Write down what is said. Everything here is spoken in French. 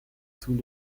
sous